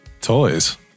Toys